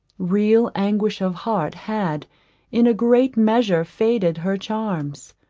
real anguish of heart had in a great measure faded her charms,